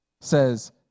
says